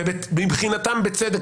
ומבחינתם בצדק.